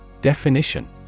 Definition